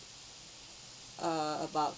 err about